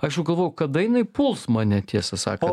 aš jau galvojau kada jinai puls mane tiesą sakant